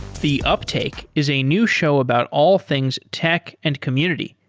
the uptake is a new show about all things tech and community.